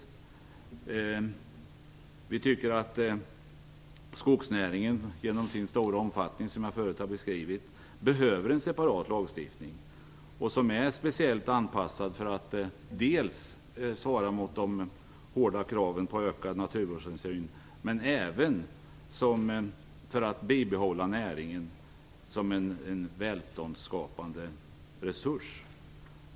Skogsnäringen behöver enligt vår mening genom sin stora omfattning - och detta har jag tidigare beskrivit - en separat lagstiftning speciellt anpassad dels för att svara mot de hårda kraven på en ökad naturvårdshänsyn, dels för att bibehålla näringen som en välståndsskapande resurs.